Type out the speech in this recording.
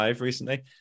recently